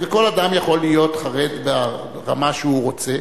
וכל אדם יכול להיות חרד ברמה שהוא רוצה,